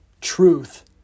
truth